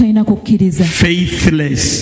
Faithless